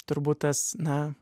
turbūt tas na